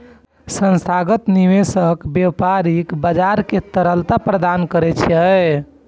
संस्थागत निवेशक व्यापारिक बाजार कें तरलता प्रदान करै छै